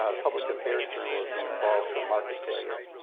ah public affairs journalism involves a market failure.